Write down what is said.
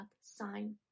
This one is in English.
sign